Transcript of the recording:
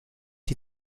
die